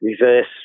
reverse